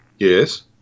Yes